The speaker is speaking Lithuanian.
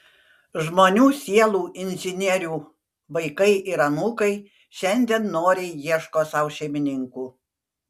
žmonių sielų inžinierių vaikai ir anūkai šiandien noriai ieško sau šeimininkų